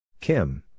Kim